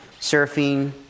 surfing